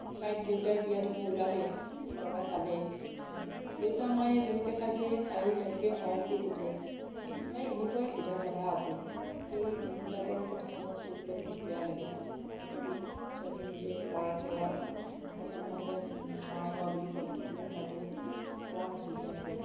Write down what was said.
তাইক দেউতাই বিয়া দিব ওলালেই দৰা চালেই দেউতা মায়ে যেনেকে চাইছে তায়ো তেনেকে অঁ বুলি কৈছে তাই এনেকুৱাই চিধা চাধা আছিল সেই দিনবিলাকৰ কথা মনত পৰিলে বহুত বেয়া লাগে আজিকালি ছোৱালীয়ে নিজে ল'ৰা চৰা পচণ্ড নহ'লে নাই হোৱা বুলি কয় কিন্তু মোৰ বাইদেৱে কোৱা নাছিল তেনেকৈ